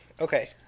Okay